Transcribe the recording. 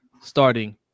starting